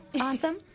awesome